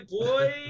boy